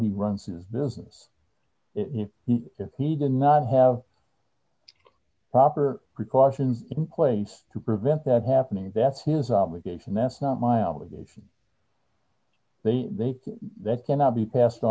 he runs his business if he did not have proper precautions in place to prevent that happening that's his obligation that's not my obligation then that cannot be passed